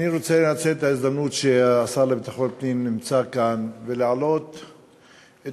אני רוצה לנצל את ההזדמנות שהשר לביטחון הפנים נמצא כאן ולהעלות את